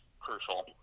crucial